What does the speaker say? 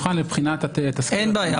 במפורש הנהלת בתי המשפט אבל ייאמר לפרוטוקול שזאת